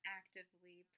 actively